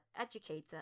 educator